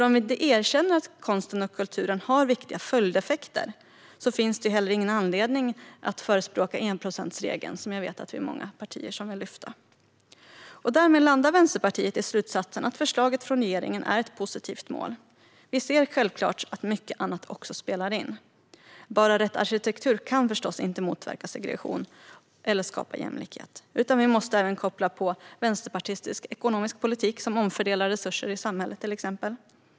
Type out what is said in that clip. Om vi inte erkänner att konsten och kulturen har viktiga följdeffekter finns det inte heller någon anledning att förespråka enprocentsregeln som jag vet att vi är många partier som vill lyfta fram. Därmed landar Vänsterpartiet i slutsatsen att förslaget från regeringen är ett positivt mål. Vi ser självklart att mycket annat också spelar in. Bara rätt arkitektur kan förstås inte motverka segregation och skapa jämlikhet, utan vi måste även koppla på vänsterpartistisk ekonomisk politik som omfördelar resurser i samhället.